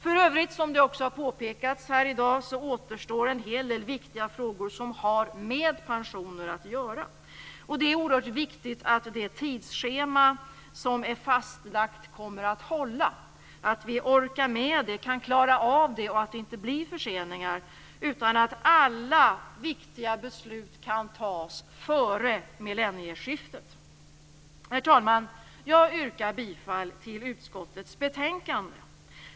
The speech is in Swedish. För övrigt återstår en del viktiga frågor som har med pensioner att göra. Det är oerhört viktigt att det tidsschema som är fastlagt kommer att hålla, att vi orkar med och klarar av det, att det inte blir förseningar. Alla viktiga beslut skall fattas före millennieskiftet. Herr talman! Jag yrkar bifall till hemställan i utskottets betänkande.